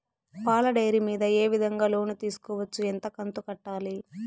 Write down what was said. పాల డైరీ మీద ఏ విధంగా లోను తీసుకోవచ్చు? ఎంత కంతు కట్టాలి?